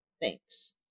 Thanks